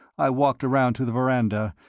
i walked around to the veranda,